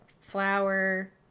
flour